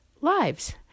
lives